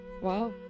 Wow